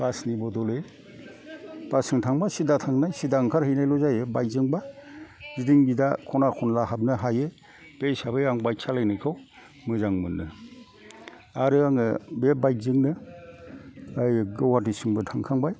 बासनि बदलै बासजों थांबा सिदा थांनाय सिदा ओंखारहैनायल' जायो बाइक जों बा गिदिं गिदा खना खनला हाबनो हायो बे हिसाबै आं बाइक सालायनायखौ मोजां मोनो आरो आङो बे बाइकजोंनो गुवाहाटिसिमबो थांखांबाय